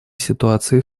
ситуации